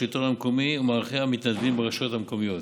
השלטון המקומי ומערכי המתנדבים ברשויות המקומיות,